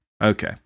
Okay